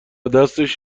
دستش